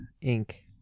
ink